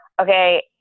Okay